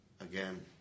again